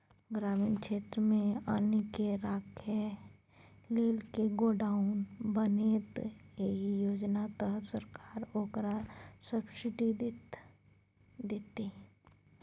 ग्रामीण क्षेत्रमे अन्नकेँ राखय लेल जे गोडाउन बनेतै एहि योजना तहत सरकार ओकरा सब्सिडी दैतै